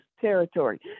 territory